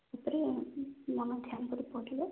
ଭିତରେ ମନ ଧ୍ୟାନ କରି ପଢ଼ିଲେ